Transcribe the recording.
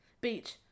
Beach